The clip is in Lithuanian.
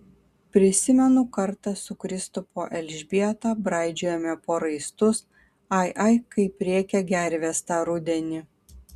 prisimenu kartą su kristupo elžbieta braidžiojome po raistus ai ai kaip rėkė gervės tą rudenį